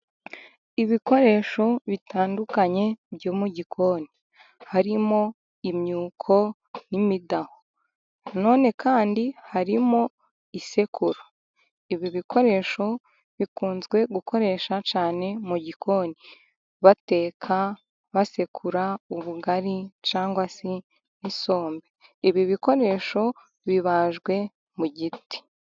Ibikoresho bitandukanye byo mu gikoni. Harimo imyuko n'imidaho. Na none kandi harimo isekuru. Ibi bikoresho bikunzwe gukoresha cyane mu gikoni bateka, basekura ubugari, cyangwa se nk'isombe, ibi bikoresho bibajwe mu giti.